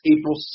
April